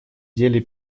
деле